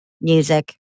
music